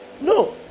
No